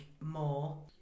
more